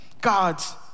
God's